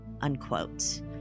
unquote